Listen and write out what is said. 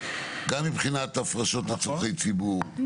גם מבחינת הפרשות לצרכי ציבור,